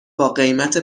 باقیمت